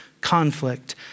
conflict